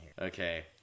Okay